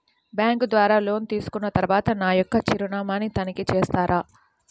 Bank ద్వారా loan తీసుకున్న తరువాత నా యొక్క చిరునామాని తనిఖీ చేస్తారా?